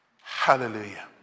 Hallelujah